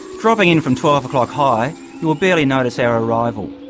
dropping in from twelve o'clock high you will barely notice our arrival.